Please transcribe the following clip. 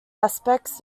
aspects